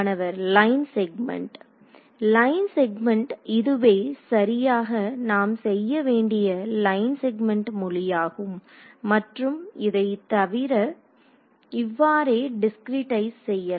மாணவர் line segment line segment இதுவே சரியாக நாம் செய்ய வேண்டிய லைன் செக்மென்ட் மொழியாகும் மற்றும் இதை இவ்வாறே டிஸ்கிரெடைஸ் செய்யலாம்